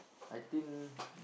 I think